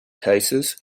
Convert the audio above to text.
cases